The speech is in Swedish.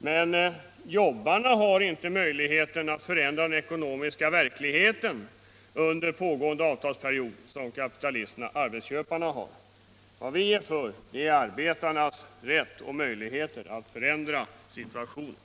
Men jobbarna har inte den = ten för arbetslös möjlighet att förändra den ekonomiska verkligheten under pågående avungdom talsperiod som kapitalisterna-arbetsköparna har. Vad vi är för är arbetarnas rätt och möjligheter att förändra situationen.